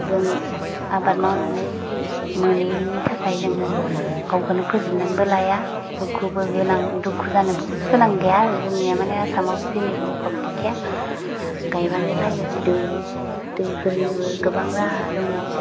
जों आबाद मावनानै मोनैनि थाखाय जोङो गावखौनो फोजोबनानैबो लाया दुखुबो गोनां दुखु जानोबो गोनां गैया आरो जोंनिया माने आसामाव जेनिबो अफाब गैखाया गायबानो जायो दै दैफोरनिबो गोबां राहा दङ